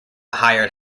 hired